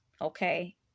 Okay